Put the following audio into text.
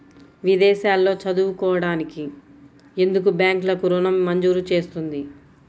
విదేశాల్లో చదువుకోవడానికి ఎందుకు బ్యాంక్లలో ఋణం మంజూరు చేస్తుంది?